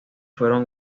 fueron